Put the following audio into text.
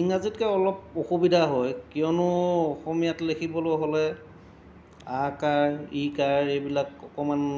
ইংৰাজীতকৈ অলপ অসুবিধা হয় কিয়নো অসমীয়াত লিখিবলৈ হ'লে আ কাৰ ই কাৰ এইবিলাক অকণমান